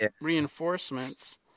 reinforcements